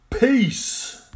Peace